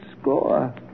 score